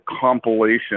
compilation